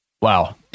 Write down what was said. Wow